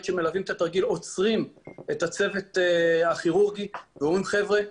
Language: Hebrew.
שמלווים את התרגיל עוצרים את הצוות הכירורגי ואומרים: חבר'ה,